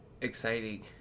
exciting